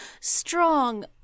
strong